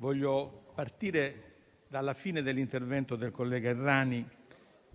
iniziare dalla fine dell'intervento del senatore Errani,